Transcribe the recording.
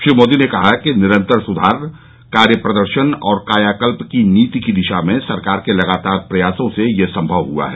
श्री मोदी ने कहा कि निरंतर सुधार कार्य प्रदर्शन और कायाकल्प की नीति की दिशा में सरकार के लगातार प्रयासों से यह संभव हुआ है